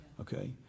okay